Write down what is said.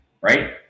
right